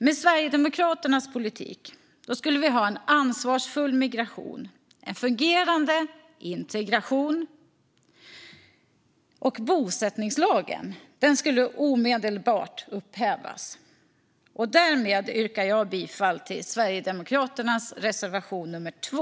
Med Sverigedemokraternas politik skulle vi ha en ansvarsfull migration och en fungerande integration, och bosättningslagen skulle omedelbart upphävas. Därmed yrkar jag bifall till Sverigedemokraternas reservation nummer 2.